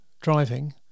driving